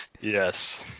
Yes